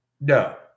no